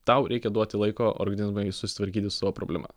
tau reikia duoti laiko organizmui susitvarkyti su savo problema